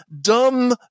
dumb